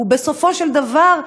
ובסופו של דבר,